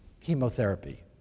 chemotherapy